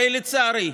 הרי, לצערי,